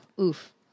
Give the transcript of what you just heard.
Oof